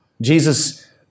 Jesus